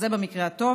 וזה במקרה הטוב,